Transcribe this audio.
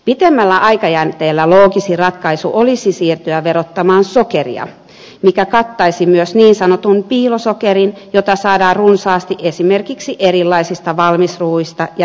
pitemmällä aikajänteellä loogisin ratkaisu olisi siirtyä verottamaan sokeria mikä kattaisi myös niin sanotun piilosokerin jota saadaan runsaasti esimerkiksi erilaisista valmisruuista ja eineksistä